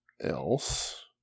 else